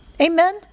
Amen